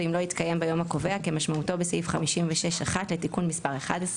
ואם לא התקיים ביום הקובע כמשמעותו בסעיף 56(1) לתיקון מס' 11,